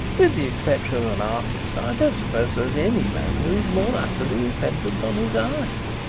with the exception of an artist, i don't suppose there is any man who is more utterly dependent on his eyes.